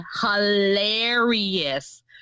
hilarious